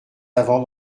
avant